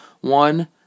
One